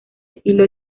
estilo